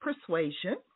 persuasion